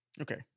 Okay